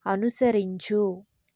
అనుసరించు